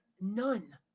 none